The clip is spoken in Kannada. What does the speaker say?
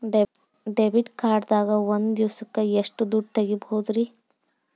ಡೆಬಿಟ್ ಕಾರ್ಡ್ ದಾಗ ಒಂದ್ ದಿವಸಕ್ಕ ಎಷ್ಟು ದುಡ್ಡ ತೆಗಿಬಹುದ್ರಿ?